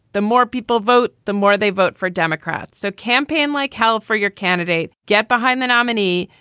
the more people vote, the more they vote for democrats. so campaign like hell for your candidate. get behind the nominee,